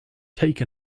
take